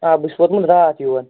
آ بہٕ چھُس ووٚتمُت راتھ یور